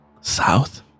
South